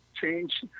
change